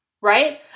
Right